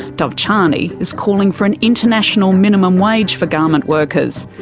dov charney is calling for an international minimum wage for garment workers.